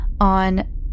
on